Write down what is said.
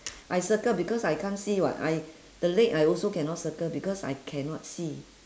I circle because I can't see [what] I the leg I also cannot circle because I cannot see